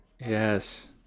Yes